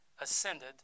ascended